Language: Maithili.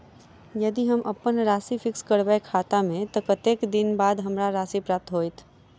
यदि हम अप्पन राशि फिक्स करबै खाता मे तऽ कत्तेक दिनक बाद हमरा राशि प्राप्त होइत?